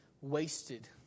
wasted